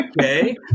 Okay